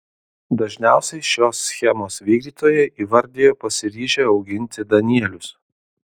dažniausiai šios schemos vykdytojai įvardija pasiryžę auginti danielius